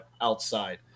outside